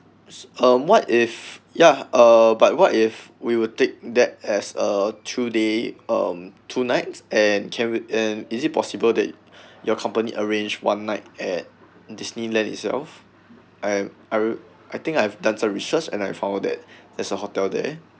um what if ya uh but what if we will take that as uh two day um two nights and carried and is it possible that your company arrange one night at Disneyland itself I I I think I've done some research and I found that there's a hotel there